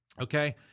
Okay